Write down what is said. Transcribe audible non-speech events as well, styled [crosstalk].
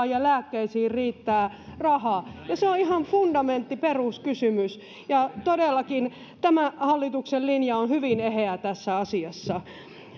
[unintelligible] ja lääkkeisiin riittää rahaa ja se on ihan fundamentti peruskysymys ja todellakin tämä hallituksen linja on hyvin eheä tässä asiassa